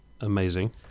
Amazing